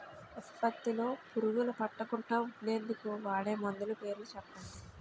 ఉత్పత్తి లొ పురుగులు పట్టకుండా ఉండేందుకు వాడే మందులు పేర్లు చెప్పండీ?